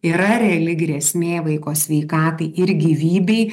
yra reali grėsmė vaiko sveikatai ir gyvybei